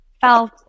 felt